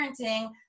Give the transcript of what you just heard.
parenting